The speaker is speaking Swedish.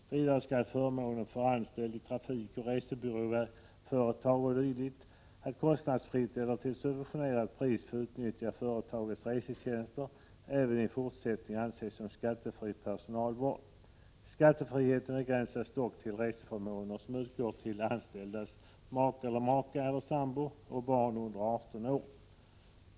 Vidare skall förmånen för anställd i trafikeller resebyråföretag o.d. att kostnadsfritt eller till ett subventionerat pris få utnyttja företagets resetjänster även i fortsättningen anses som skattefri personalvård. Skattefriheten begränsas dock till reseförmåner som utgår till den anställdes make/maka eller sambo och barn under 18 år.